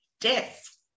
Death